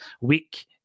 week